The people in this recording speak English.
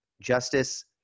justice